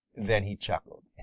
then he chuckled.